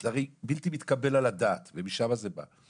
זה הרי בלתי מתקבל על הדעת ומשם זה בא.